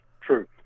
True